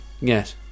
yes